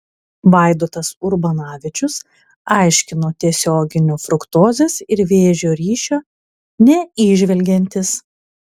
vaidotas urbanavičius aiškino tiesioginio fruktozės ir vėžio ryšio neįžvelgiantis